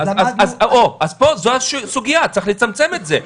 אז צריך לצמצם את זה.